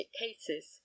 cases